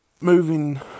Moving